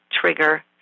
trigger